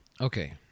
Okay